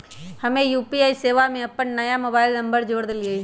हम्मे यू.पी.आई सेवा में अपन नया मोबाइल नंबर जोड़ देलीयी